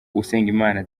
usengimana